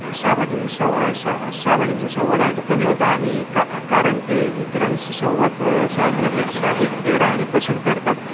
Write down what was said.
सामाजिक स सा सामाजिक जो संवाद आहे तो कमी होतो आणि का कारण ते इतरांशी संवाद साधण्यापेक्षा एकटे राहणे पसंत करतात